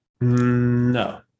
No